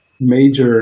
major